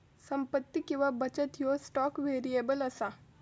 संपत्ती किंवा बचत ह्यो स्टॉक व्हेरिएबल असा